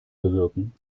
bewirken